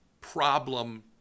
problem